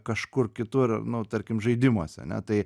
kažkur kitur nu tarkim žaidimuose ane tai